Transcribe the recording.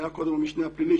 והיה קודם המשנה הפלילי,